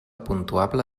puntuable